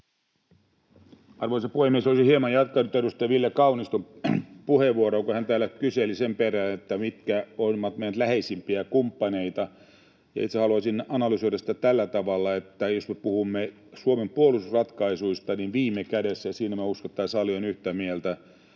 Arvoisa puhemies! Olisin hieman jatkanut edustaja Ville Kauniston puheenvuoroa, jossa hän täällä kyseli sen perään, mitkä ovat meidän läheisimpiä kumppaneitamme. Itse haluaisin analysoida sitä tällä tavalla, että jos me puhumme Suomen puolustusratkaisuista, niin viime kädessä — ja uskon, että siinä tämä sali on yhtä mieltä